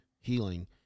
healing